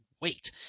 wait